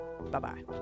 bye-bye